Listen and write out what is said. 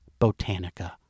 Botanica